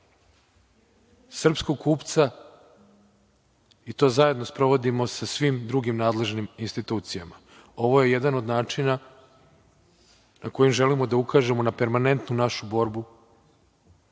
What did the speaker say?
srpskog kupca i to zajedno sprovodimo sa svim drugim nadležnim institucijama. Ovo je jedan od načina kojim želimo da ukažemo na permanentnu našu borbu,